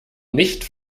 nicht